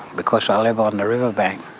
because i live on the riverbank.